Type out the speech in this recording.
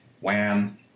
Wham